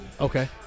Okay